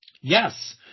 Yes